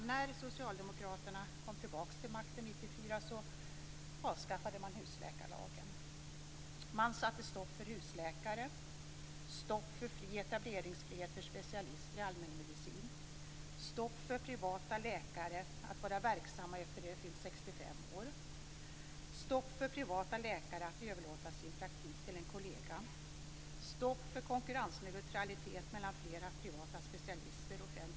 När Socialdemokraterna kom tillbaka till makten 1994 avskaffade man husläkarlagen. Man satte stop för husläkare. Man satte stopp för fri etableringsrätt för specialister i allmänmedicin. Man satte stopp för privata läkare att vara verksamma efter att de fyllt 65 år. Man satte stopp för privata läkare att överlåta sin praktik till en kollega. Man satte stopp för konkurrensneutralitet mellan flera privata specialister och offentlig vård.